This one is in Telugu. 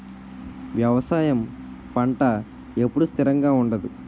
వ్యవసాయం పంట ఎప్పుడు స్థిరంగా ఉండదు